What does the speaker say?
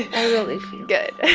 i really feel. good